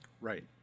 Right